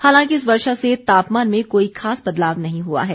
हालांकि इस वर्षा से तापमान में कोई खास बदलाव नहीं हुआ है